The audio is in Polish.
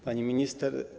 Pani Minister!